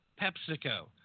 PepsiCo